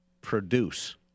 produce